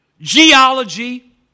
geology